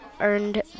earned